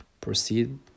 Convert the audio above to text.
proceed